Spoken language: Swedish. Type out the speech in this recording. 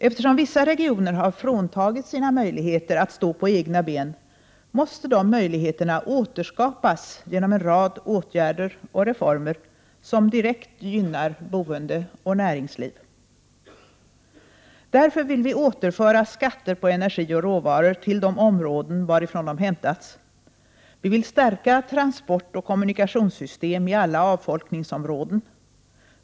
Eftersom vissa regioner har fråntagits sina möjligheter att stå på egna ben, måste de här möjligheterna återskapas genom en rad åtgärder och reformer som direkt gynnar boende och näringsliv. Därför vill vi återföra de pengar som man fått in genom skatter på energi och råvaror till de områden varifrån de senare har hämtats. Vi vill stärka transportoch kommunikationssystemen i alla avfolkningsområden.